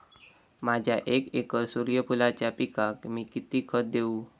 माझ्या एक एकर सूर्यफुलाच्या पिकाक मी किती खत देवू?